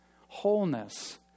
wholeness